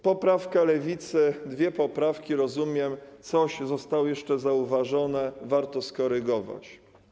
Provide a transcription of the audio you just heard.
Poprawka Lewicy, dwie poprawki, rozumiem, coś zostało jeszcze zauważone, warto skorygować.